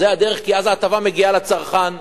זה הדרך, כי אז ההטבה מגיעה לצרכן,